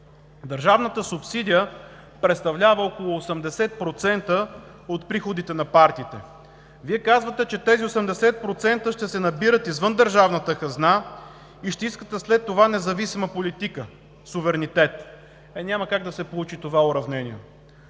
Държавната субсидия представлява около 80% от приходите на партиите. Вие казвате, че тези 80% ще се набират извън държавната хазна и ще искате след това независима политика, суверенитет. Е, няма как да се получи това уравнение!